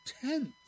tenth